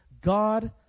God